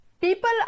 people